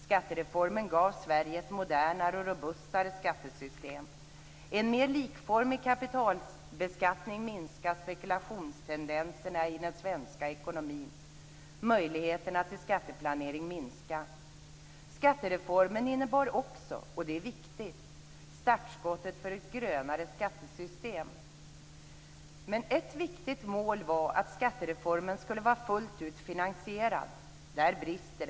Skattereformen gav Sverige ett modernare och robustare skattesystem. En mer likformig kapitalbeskattning minskade spekulationstendenserna i den svenska ekonomin, och möjligheterna till skatteplanering minskade. Skattereformen innebar också - och det är viktigt - startskottet för ett grönare skattesystem. Men ett viktigt mål var att skattereformen skulle vara fullt ut finansierad. Där finns det brister.